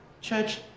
church